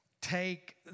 take